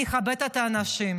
אני אכבד את האנשים,